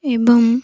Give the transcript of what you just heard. ଏବଂ